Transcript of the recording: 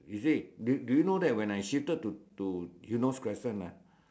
you see do do you know when I shifted to to Eunos Crescent ah